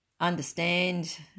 understand